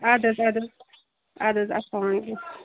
اَدٕ حظ اَدٕ حظ اَدٕ حظ اَلسَلامُ علیکُم